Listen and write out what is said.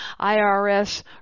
IRS